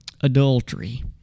adultery